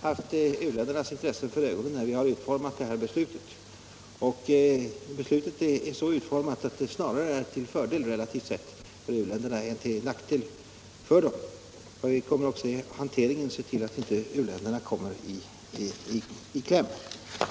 haft u-ländernas intressen för ögonen när vi har utformat beslutet. Detta är så utformat att det, relativt sett, snarare är till fördel för u-länderna än till deras nackdel. Vi kommer också att i hanteringen se till att u-länderna inte kommer i kläm.